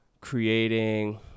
creating